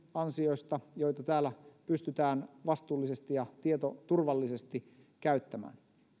ansiosta joita täällä pystytään vastuullisesti ja tietoturvallisesti käyttämään